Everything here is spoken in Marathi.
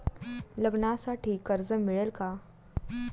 लग्नासाठी कर्ज मिळेल का?